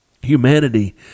Humanity